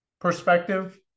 perspective